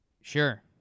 Sure